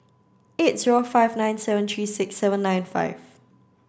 eight zero five nine seven three six seven nine five